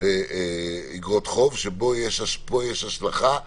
אגרות חוב, שפה יש השלכה אדירה.